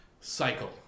cycle